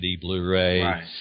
Blu-ray